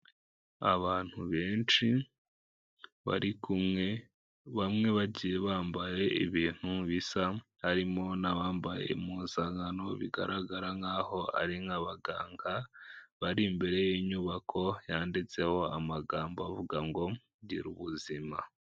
Abantu benshi bari kumwe, bamwe bagiye bambaye ibintu bisa, harimo n'abambaye impuzankano bigaragara nkaho ari nk'abaganga. Bari imbere y'inyubako yanditseho amagambo avuga ngo gira ubuzima.